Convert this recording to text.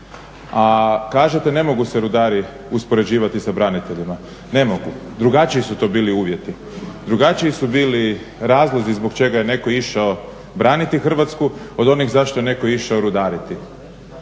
A kažete ne mogu se rudari uspoređivati sa braniteljima, ne mogu, drugačiji su to bili uvjeti. Drugačiji su bili razlozi zbog čega je netko išao braniti Hrvatsku od onih zašto je netko išao rudariti.